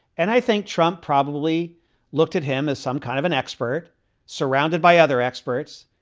and i think trump probably looked at him as some kind of an expert surrounded by other experts.